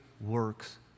works